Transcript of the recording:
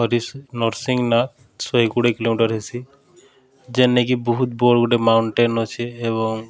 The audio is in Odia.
ହରିଶ ନରସିଂନାଥ୍ ଶହେ କୁଡ଼େ କିଲୋମିଟର୍ ହେସି ଯେନ୍ନେକି ବହୁତ୍ ବଡ଼୍ ଗୋଟେ ମାଉଣ୍ଟେନ୍ ଅଛେ ଏବଂ